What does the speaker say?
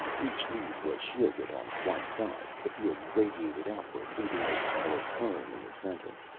each lead was shielded on one side the field radiated outward, leaving a hollow cone in the center.